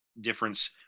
difference